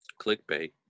Clickbait